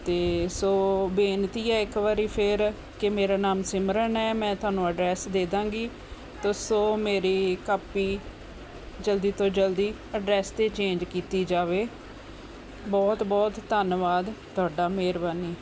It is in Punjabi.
ਅਤੇ ਸੋ ਬੇਨਤੀ ਹੈ ਇੱਕ ਵਾਰੀ ਫਿਰ ਕਿ ਮੇਰਾ ਨਾਮ ਸਿਮਰਨ ਹੈ ਮੈਂ ਤੁਹਾਨੂੰ ਅਡਰੈਸ ਦੇ ਦੇਵਾਂਗੀ ਤੋ ਸੋ ਮੇਰੀ ਕਾਪੀ ਜਲਦੀ ਤੋਂ ਜਲਦੀ ਅਡਰੈਸ 'ਤੇ ਚੇਂਜ ਕੀਤੀ ਜਾਵੇ ਬਹੁਤ ਬਹੁਤ ਧੰਨਵਾਦ ਤੁਹਾਡਾ ਮਿਹਰਬਾਨੀ